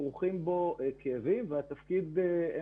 כרוכים בו כאבים והתפקיד גם